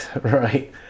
Right